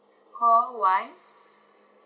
call one